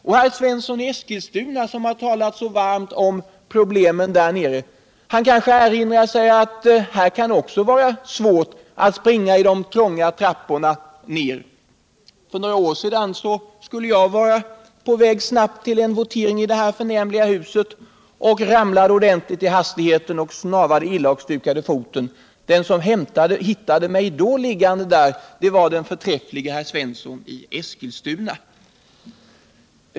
Och Olle Svensson i Eskilstuna, som har talat så varmt om problemen där nere, kanske kan erinra sig att det också här kan vara svårt att springa i de trånga trapporna ned till plenisalen. Ett litet exempel! För några år sedan skulle jag försöka ta mig snabbt till en votering i det här förnämliga huset. Jag ramlade ordentligt i hastigheten, snavade illa och stukade foten. Den som hittade mig då liggande där, var den förträfflige Olle Svensson i Eskilstuna.